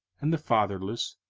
and the fatherless,